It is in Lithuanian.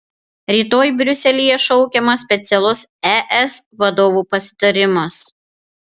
rytoj briuselyje šaukiamas specialus es vadovų pasitarimas